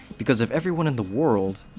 because if everyone in the world,